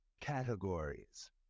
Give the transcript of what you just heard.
categories